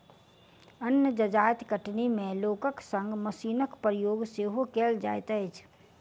अन्य जजाति कटनी मे लोकक संग मशीनक प्रयोग सेहो कयल जाइत अछि